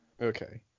Okay